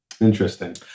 Interesting